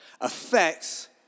affects